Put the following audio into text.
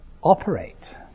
operate